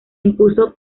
impuso